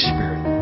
Spirit